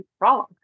wrong